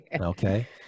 Okay